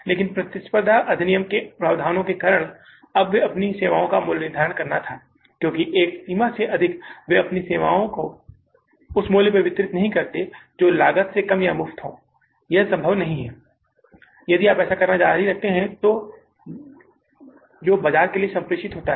लेकिन प्रतिस्पर्धा अधिनियम के प्रावधानों के कारण अब उन्हें अपनी सेवाओं का मूल्य निर्धारण करना था क्योंकि एक सीमा से अधिक आप अपनी सेवाओं को उस मूल्य पर वितरित नहीं कर सकते जो लागत से कम या मुफ्त हो यह संभव नहीं है यदि आप ऐसा करना जारी रखते हैं जो बाजार के लिए संप्रेषित होता है